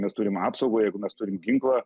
mes turim apsaugą jeigu mes turim ginklą